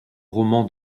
roman